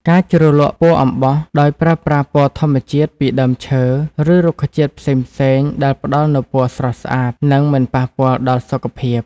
ការជ្រលក់ពណ៌អំបោះ ដោយប្រើប្រាស់ពណ៌ធម្មជាតិពីដើមឈើ ឬរុក្ខជាតិផ្សេងៗ ដែលផ្តល់នូវពណ៌ស្រស់ស្អាត និងមិនប៉ះពាល់ដល់សុខភាព។